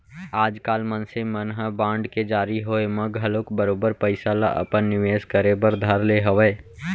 आजकाल मनसे मन ह बांड के जारी होय म घलौक बरोबर पइसा ल अपन निवेस करे बर धर ले हवय